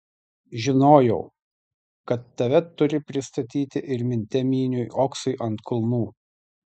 žinojau kad tave turi pristatyti ir minte myniau oksui ant kulnų